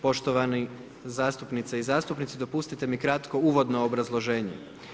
Poštovani zastupnice i zastupnici, dopustite mi kratko uvodno obrazloženje.